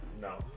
no